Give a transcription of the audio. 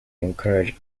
encourage